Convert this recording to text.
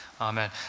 Amen